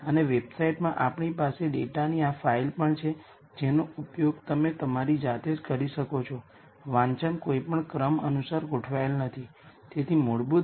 તેથીમાટે હંમેશાં n linearly independent eigen vector કોઈ પણ સામાન્ય મેટ્રિક્સને શોધવાનું બાંયધરી આપતું નથી